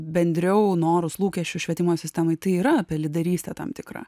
bendriau norus lūkesčius švietimo sistemai tai yra apie lyderystę tam tikra